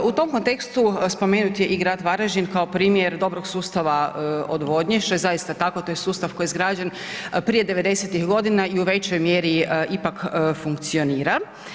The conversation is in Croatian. U tom kontekstu spomenut je i grad Varaždin kao primjer dobrog sustava odvodnje, što je zaista tako, to je sustav koji je izgrađen prije 90-ih godina i u većoj mjeri ipak funkcionira.